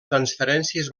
transferències